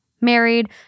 married